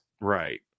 right